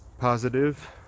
positive